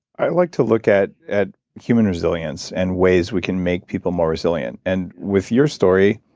i'd like to look at at human resilience and ways we can make people more resilient and with your story,